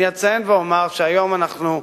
אני ממש חושב שהיוזמה החשובה,